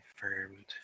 confirmed